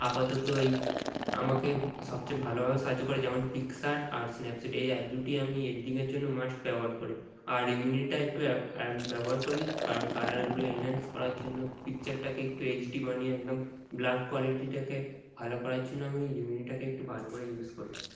আপাতত এই আমাকে সবচেয়ে ভালোভাবে সাহায্য করে যেমন পিকশারট আর স্ন্যাপশিট এই অ্যাপ দুটি আমি এডিটিংয়ের জন্য মাস্ট ব্যবহার করি আর রিমিনিটা একটু ব্যবহার করি কারণ কালারগুলো এনহ্যান্স করার জন্য পিকচারটাকে একটু এইচডি বানিয়ে একদম ব্ল্যাক কোয়ালিটিটাকে ভালো করার জন্য আমি রিমিনিটাকে একটু ভালো করে ইউস করি